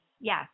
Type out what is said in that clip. yes